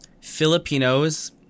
Filipinos